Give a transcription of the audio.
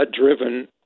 driven